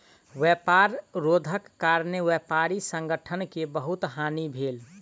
व्यापार रोधक कारणेँ व्यापारी संगठन के बहुत हानि भेल